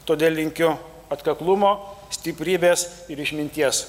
todėl linkiu atkaklumo stiprybės ir išminties